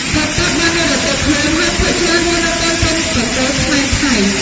ប៉ុល ពត បាននិរទេសខ្លួន ហើយភាគច្រើនរស់នៅតាមព្រំប្រទល់ខ្មែរ-ថៃ។